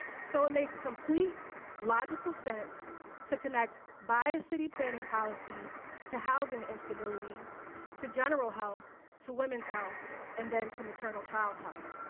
so it makes complete logical sense to connect by city planning policies to housing instability to general health to women's health and then to maternal child health.